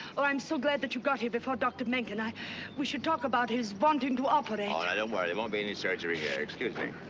i'm so glad that you got here before dr. menken. we should talk about his wanting to operate. ah and don't worry. there won't be any surgery here. excuse me.